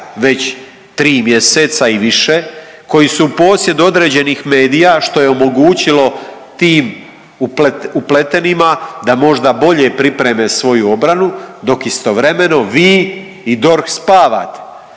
već tri mjeseca i više, koji su u posjedu određenih medija što je omogućilo tim upletenima da možda bolje pripreme svoju obranu dok istovremeno vi i DORH spavate.